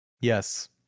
Yes